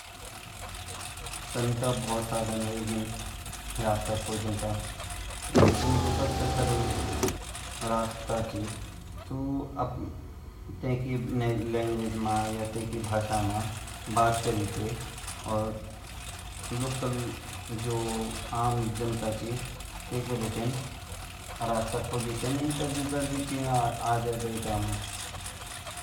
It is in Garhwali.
जब हम के विदेश मा जांड लगया छिन तो हामु मा वेगु सब डाटा वन अर अगर डाटा मा से नि वन ता हुमून केगी हेल्प ल्योन्ड अगर हमते कुछ प्रॉब्लम ची वेगु सब डाटा वन अगर हम ख्वे जोला ता हमुन सबसे पहली वखा वाखे पुलिस ते फ़ोन कन अर नी ता आजकल गूगल ची गूगल से भी पता कालु।